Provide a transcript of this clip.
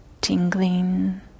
tingling